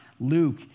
Luke